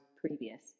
previous